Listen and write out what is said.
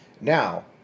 Now